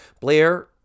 Blair